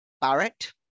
Barrett